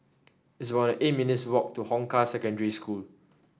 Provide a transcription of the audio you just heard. it's about eight minutes' walk to Hong Kah Secondary School